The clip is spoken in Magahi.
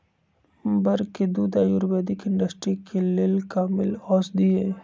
बड़ के दूध आयुर्वैदिक इंडस्ट्री के लेल कामिल औषधि हई